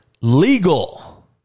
legal